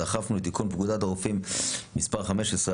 דחפנו לתיקון פקודת הרופאים מספר 15,